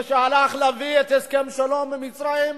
כשהלך להביא את הסכם השלום עם מצרים,